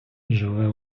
живе